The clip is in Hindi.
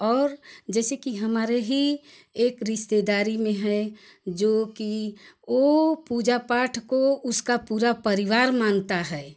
और जैसे की हमारे हीं एक रिश्तेदारी में हैं जो की वह पूजा पाठ को उसका पूरा परिवार मानता है